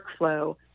workflow